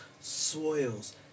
soils